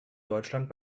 deutschland